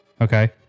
Okay